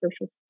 social